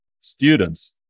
students